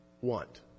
want